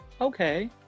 Okay